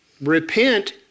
Repent